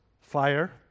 fire